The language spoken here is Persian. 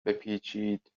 بپیچید